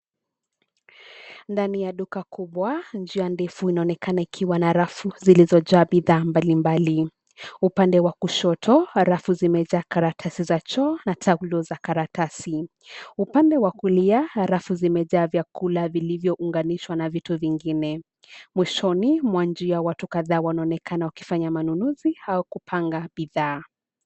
Ndani ya duka kubwa, njia ndefu inaonekana ikiwa na rafu zilizojaa bidhaa mbalimbali. Upande wa kushoto rafu zimejaa karatasi za choo na taulo za karatasi. Upande wa kulia rafu zimejaa vyakula vilivyounganishwa na vitu vingine. Mwishoni mwa njia watu kadhaa wanaonekana wanafanya manunuzi au kupanga bidhaa.